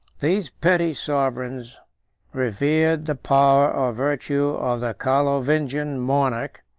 these petty sovereigns revered the power or virtue of the carlovingian monarch,